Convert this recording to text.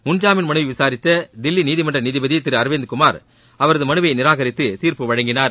முன்ஜாமீன் மனுவை விசாரித்த தில்லி நீதிமன்ற நீதிபதி திரு அரவிந்த் குமார் அவரது மனுவை நிராகரித்து தீர்ப்பு வழங்கினார்